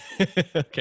Okay